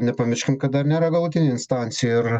nepamirškim kad dar nėra galutinė instancija ir